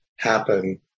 Happen